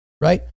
right